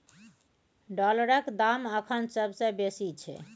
डॉलरक दाम अखन सबसे बेसी छै